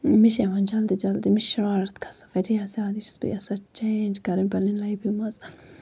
مےٚ چھ یِوان جلدی جلدی مےٚ چھِ شَرارت کھسان واریاہ زیادٕ یہِ چھَس بہٕ یَژھان چینج کَرٕنۍ پَنٕنۍ لایفہِ منٛز